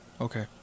Okay